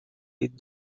with